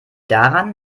daran